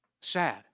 sad